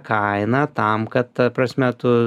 kaina tam kad ta prasme tu